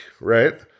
right